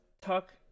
talk